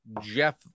Jeff